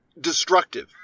destructive